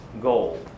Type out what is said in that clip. goal